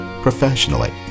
professionally